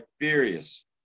furious